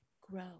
grow